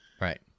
Right